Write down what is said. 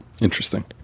interesting